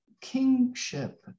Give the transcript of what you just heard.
kingship